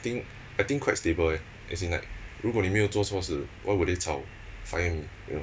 I think I think quite stable eh as in like 如果你没有做错事 what would they 炒 fire me you know